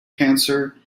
cancer